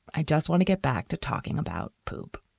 i just want to get back to talking about poop.